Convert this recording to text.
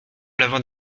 l’avant